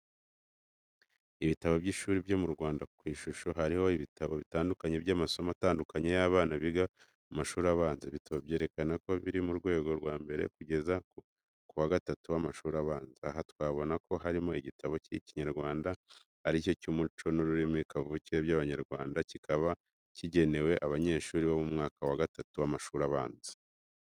Ibitabo by'ishuri byo mu Rwanda ku ishusho harimo ibitabo bitandukanye by'amasomo atandukanye y'abana biga mu mashuri abanza. Ibitabo byerekana ko biri mu rwego rwa mbere kugeza ku wa gatatu w’amashuri abanza. Aha twabona ko harimo n’igitabo cyitwa Ikinyarwanda ari cyo cy'umuco n'ururimi kavukire rw'Abanyarwanda, kikaba kigenewe abanyeshuri bo mu mwaka wa gatatu w’amashuri abanza.